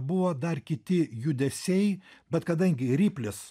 buvo dar kiti judesiai bet kadangi riplis